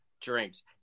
drinks